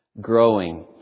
growing